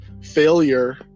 failure